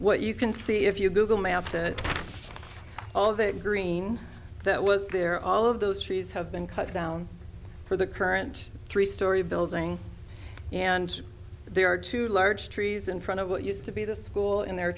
what you can see if you google maps to all that green that was there all of those trees have been cut down for the current three story building and there are two large trees in front of what used to be the school in their